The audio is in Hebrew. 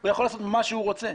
הוא יכול לעשות מה שהוא רוצה.